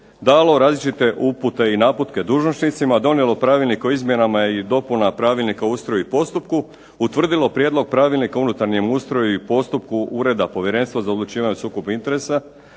dalo različite upute i naputke dužnosnicima donijelo Pravilnik o izmjenama dopunama pravilnika o ustroju i postupku, utvrdilo Prijedlog pravilnika o unutarnjem ustroju i postupku Ureda Povjerenstva za odlučivanje o sukobu interesa,